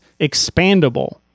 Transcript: expandable